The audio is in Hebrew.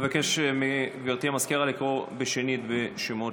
אבקש מגברתי המזכירה לקרוא שנית בשמות